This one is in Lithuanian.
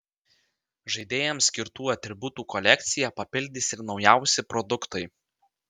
žaidėjams skirtų atributų kolekciją papildys ir naujausi produktai